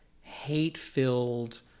hate-filled